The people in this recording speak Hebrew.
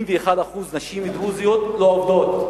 81% מנשים הדרוזיות לא עובדות.